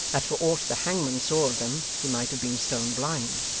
that for aught the hangman saw of them, he might have been stone blind.